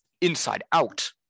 inside-out